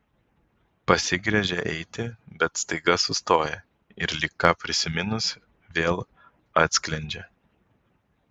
pasigręžia eiti bet staiga sustoja ir lyg ką prisiminus vėl atsklendžia